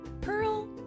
Pearl